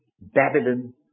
Babylon